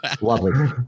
Lovely